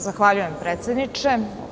Zahvaljujem predsedniče.